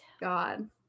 god